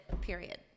period